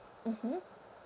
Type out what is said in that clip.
mmhmm